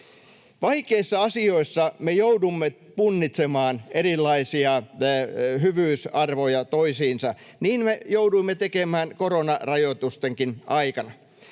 Vaikeissa asioissa me joudumme punnitsemaan erilaisia hyvyysarvoja toisiinsa — niin me jouduimme tekemään koronarajoitustenkin aikana.